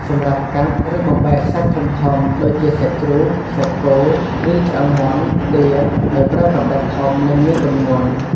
សម្រាប់កាត់ ឬបំបែកសាច់ធំៗ ដូចជាសាច់ជ្រូក សាច់គោ ឬឆ្អឹងមាន់ ទា ដោយប្រើកាំបិតធំ និងមានទម្ងន់។